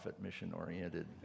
mission-oriented